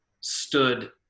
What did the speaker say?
stood